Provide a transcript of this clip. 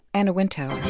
anna wintour